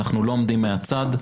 אנחנו לא עומדים מהצד,